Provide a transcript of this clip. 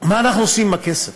מה אנחנו עושים עם הכסף?